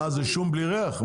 מה, זה שום בלי ריח?